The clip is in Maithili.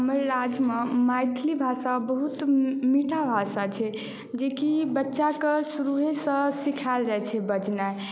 हमर राज्यमे मैथिली भाषा बहुत मीठा भाषा छै जे कि बच्चाके शुरुए सँ सिखायल जाइत छै बजनाइ